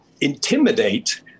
intimidate